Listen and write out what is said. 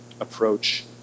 approach